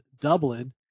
Dublin